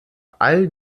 all